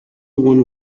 one